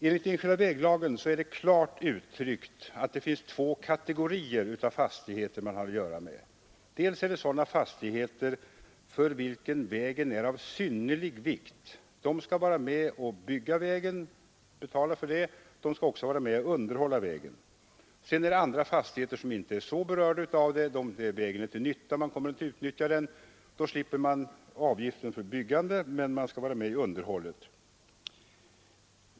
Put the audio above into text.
I lagen om enskilda vägar är det klart uttryckt att det finns två kategorier av fastigheter, dels sådana fastigheter för vilka vägen är av synnerlig vikt då man skall vara med och bygga vägen och betala för den samt även vara med och underhålla den, dels sådana fastigheter där man slipper avgiften för byggande och endast är med och betalar underhållet för att få utnyttja vägen.